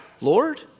Lord